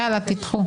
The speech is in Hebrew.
יאללה, תדחו.